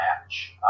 match